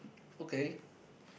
okay